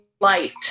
light